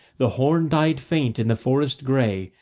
the horn died faint in the forest grey,